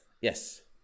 Yes